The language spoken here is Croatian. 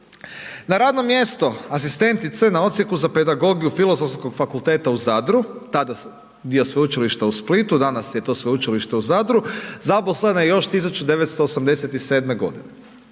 Na radno mjesto asistentice na Odsjeku za pedagogiju Filozofskog fakulteta u Zadru, tada dio Sveučilišta u Splitu, danas je to Sveučilište u Zadru, zaposlena je još 1987. godine.